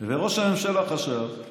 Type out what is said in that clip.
ראש הממשלה חשב,